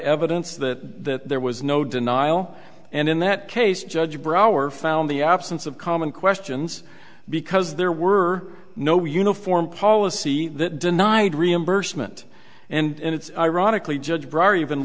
evidence that there was no denial and in that case judge brower found the absence of common questions because there were no uniform policy that denied reimbursement and it's ironically judged even